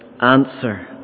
answer